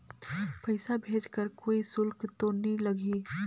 पइसा भेज कर कोई शुल्क तो नी लगही?